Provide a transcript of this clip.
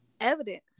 evidence